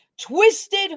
twisted